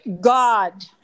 God